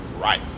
right